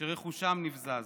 רכושם נבזז.